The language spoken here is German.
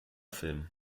film